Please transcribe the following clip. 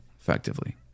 effectively